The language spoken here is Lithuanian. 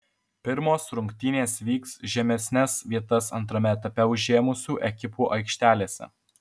pirmos rungtynės vyks žemesnes vietas antrame etape užėmusių ekipų aikštelėse